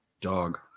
dog